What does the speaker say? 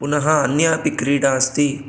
पुनः अन्यापि क्रीडा अस्ति